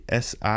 SI